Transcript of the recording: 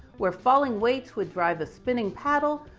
where falling weights would drive a spinning paddle,